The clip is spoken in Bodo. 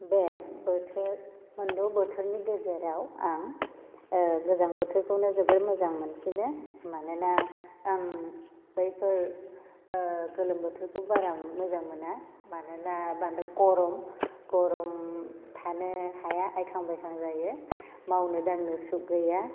बे बोथोर मोनद' बोथोरनि गेजेराव आं गोजां बोथोरखौनो जोबोद मोजां मोनसिनो मानोना आं बैफोर गोलोम बोथोरखौ बारा मोजां मोना मानोना बांद्राय गरम गरम थानो हाया आयखां बायखां जायो मावनो दांनो सुग गैया